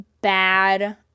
bad